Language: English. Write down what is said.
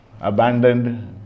abandoned